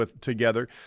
together